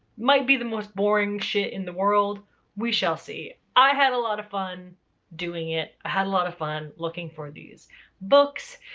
might be the most boring shit in the world we shall see. i had a lot of fun doing it. i had a lot of fun looking for these books.